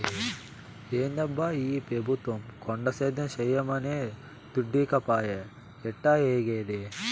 ఏందబ్బా ఈ పెబుత్వం కొండ సేద్యం చేయమనె దుడ్డీకపాయె ఎట్టాఏగేది